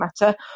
matter